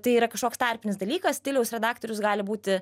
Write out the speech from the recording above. tai yra kažkoks tarpinis dalykas stiliaus redaktorius gali būti